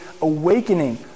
awakening